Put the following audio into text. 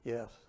Yes